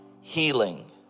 healing